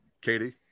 Katie